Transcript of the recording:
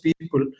people